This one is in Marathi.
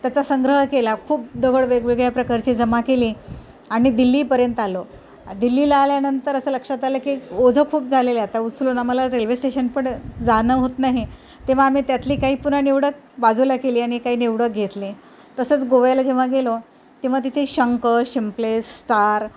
त्याचा संग्रह केला खूप दगड वेगवेगळ्या प्रकारचे जमा केले आणि दिल्लीपर्यंत आलो दिल्लीला आल्यानंतर असं लक्षात आलं की ओझं खूप झालेलं आहे आता उचलून आम्हाला रेल्वे स्टेशन पण जाणं होत नाही तेव्हा आम्ही त्यातले काही पुन्हा निवडक बाजूला केले आणि काही निवडक घेतले तसंच गोव्याला जेव्हा गेलो तेव्हा तिथे शंख शिंपले स्टार